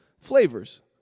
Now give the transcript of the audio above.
Flavors